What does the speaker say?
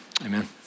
amen